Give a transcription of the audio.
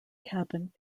cabin